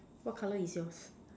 what colour is your